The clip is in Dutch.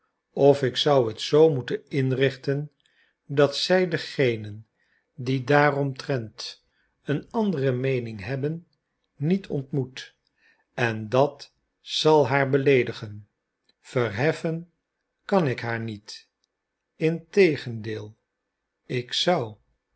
of ik zou het zoo moeten inrichten dat zij degenen die daar omtrent een andere meening hebhen niet ontmoet en dat zal haar beleedigen verheffen kan ik haar niet integendeel ik zou